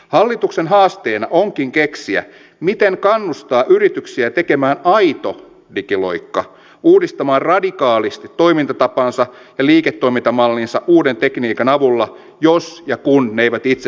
hallituksen haasteena onkin keksiä miten kannustaa yrityksiä tekemään aito digiloikka uudistamaan radikaalisti toimintatapaansa ja liiketoimintamallinsa uuden tekniikan avulla jos ja kun ne eivät itse sitä ymmärrä